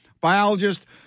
biologist